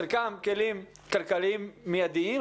חלקם כלים כלכליים מידיים,